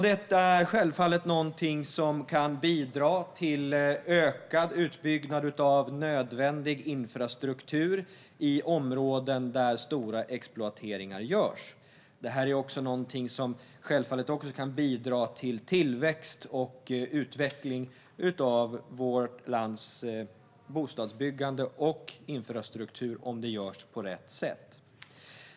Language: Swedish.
Detta är självfallet något som kan bidra till ökad utbyggnad av nödvändig infrastruktur i områden där stora exploateringar görs. Det kan självfallet också bidra till tillväxt och utveckling av vårt lands bostadsbyggande och infrastruktur, om det görs på rätt sätt.